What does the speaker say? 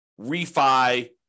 refi